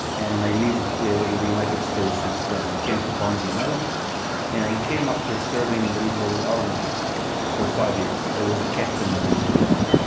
and i lived in the united states since then. i came to carnegie mellon and i came after serving in the israeli army for five years. i was a captain in the israeli army,